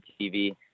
TV